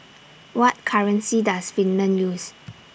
What currency Does Finland use